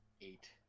Eight